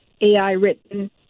AI-written